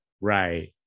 Right